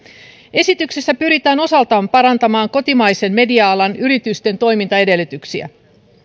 esityksessä pyritään osaltaan parantamaan kotimaisen media alan yritysten toimintaedellytyksiä